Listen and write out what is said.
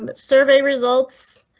but survey results.